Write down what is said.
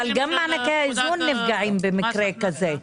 אבל גם מענקי האיזון נפגעים במקרה כזה.